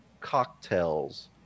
cocktails